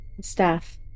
Staff